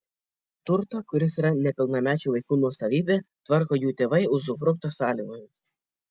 turtą kuris yra nepilnamečių vaikų nuosavybė tvarko jų tėvai uzufrukto sąlygomis